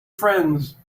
friends